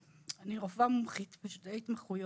אני רופאה מומחית בשתי התמחויות.